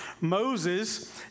Moses